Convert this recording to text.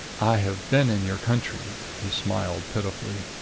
i have been in your country. he smiled pitifully.